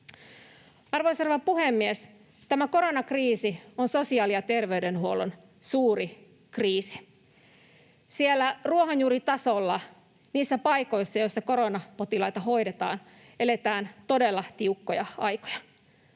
rouva puhemies! Tämä koronakriisi on sosiaali- ja terveydenhuollon suuri kriisi. Siellä ruohonjuuritasolla niissä paikoissa, joissa koronapotilaita hoidetaan, eletään todella tiukkoja aikoja.